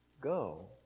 Go